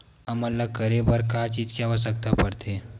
हमन ला करे बर का चीज के आवश्कता परथे?